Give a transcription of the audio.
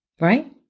right